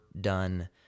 done